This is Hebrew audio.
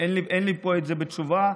אין לי את זה פה בתשובה.